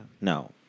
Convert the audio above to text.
No